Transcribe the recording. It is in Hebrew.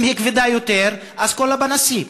אם היא כבדה יותר אז את כל הפנסים,